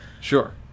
Sure